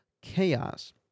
chaos